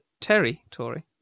territory